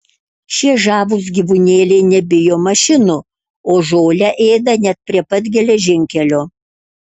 šie žavūs gyvūnėliai nebijo mašinų o žolę ėda net prie pat geležinkelio